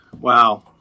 Wow